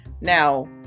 Now